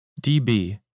DB